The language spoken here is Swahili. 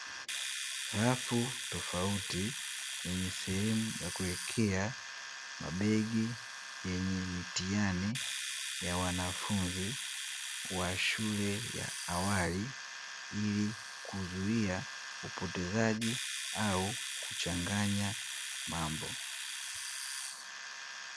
Rafu tofauti, zenye sehemu za kuwekea mabegi yenye mitihani ya wanafunzi wa shule ya awali ili kuzuia upotezaji au kuchanganya mambo.